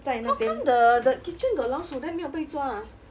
how come the the kitchen got 老鼠 then 没有被抓 ah